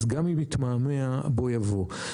אז גם אם יתמהמה בוא יבוא.